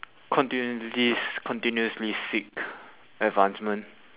continuously continuously seek advancement